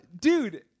dude